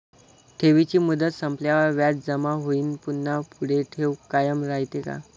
ठेवीची मुदत संपल्यावर व्याज जमा होऊन पुन्हा पुढे ठेव कायम राहते का?